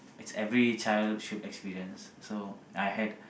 it's every child should experience so I had